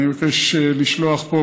אני מבקש לשלוח מפה,